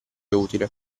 utile